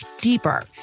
deeper